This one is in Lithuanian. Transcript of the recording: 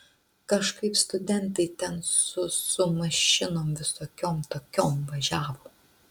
kažkaip studentai ten su su mašinom visokiom tokiom važiavo